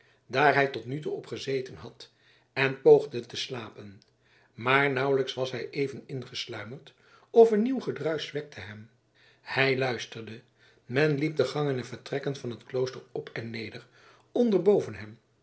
hij tot nu toe op gezeten had en poogde te slapen maar nauwelijks was hij even ingesluimerd of een nieuw gedruisch wekte hem hij luisterde men liep de gangen en vertrekken van het klooster op en neder onder boven